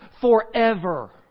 forever